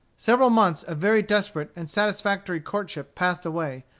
several months of very desperate and satisfactory courtship passed away,